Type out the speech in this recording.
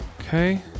Okay